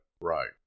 Right